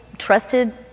trusted